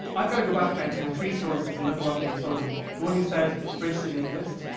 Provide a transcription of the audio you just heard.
i've got to go back now to my three sources and look at what they told me the one who said the bridge didn't exist,